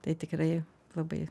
tai tikrai labai